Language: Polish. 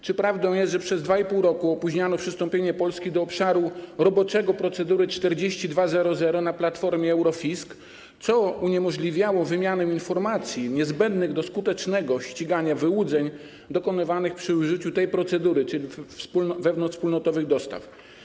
Czy prawdą jest, że przez 2,5 roku opóźniano przystąpienie Polski do obszaru roboczego procedury 42.00 na platformie Eurofisc, co uniemożliwiało wymianę informacji niezbędnych do skutecznego ścigania wyłudzeń dokonywanych przy użyciu tej procedury, czyli w odniesieniu do wewnątrzwspólnotowych dostaw?